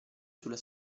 sulla